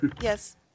Yes